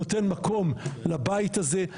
נותן מקום לבית הזה,